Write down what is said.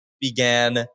began